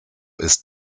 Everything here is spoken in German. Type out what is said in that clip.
ist